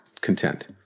content